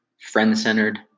friend-centered